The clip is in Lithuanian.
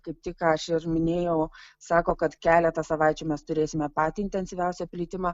kaip ką aš ir minėjau sako kad keletą savaičių mes turėsime patį intensyviausią plitimą